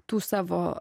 tų savo